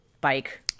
bike